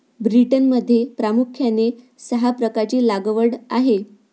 ब्रिटनमध्ये प्रामुख्याने सहा प्रकारची लागवड आहे